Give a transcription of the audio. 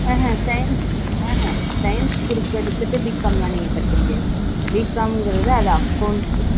அஹன் science அஹன் science group எடுத்துவிட்டு BCom எல்லாம் நீங்கள் படிக்க முடியாது பிகாம்ங்கிறது அது அக்கவுண்ட்ஸ்ஸு